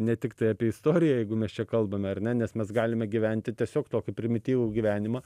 ne tiktai apie istoriją jeigu mes čia kalbame ar ne nes mes galime gyventi tiesiog tokį primityvų gyvenimą